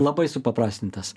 labai supaprastintas